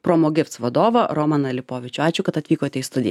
promogifs vadovą romaną lipovičių ačiū kad atvykote į studiją